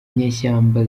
inyeshyamba